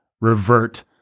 revert